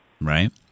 right